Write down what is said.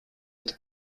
это